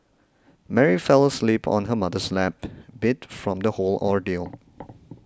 Mary fell asleep on her mother's lap beat from the whole ordeal